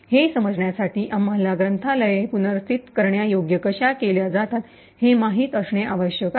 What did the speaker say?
हे समजण्यासाठी आम्हाला ग्रंथालये पुनर्स्थित करण्यायोग्य कशा केल्या जातात हे माहित असणे आवश्यक आहे